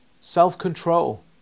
self-control